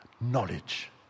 knowledge